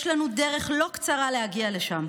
יש לנו דרך לא קצרה להגיע לשם,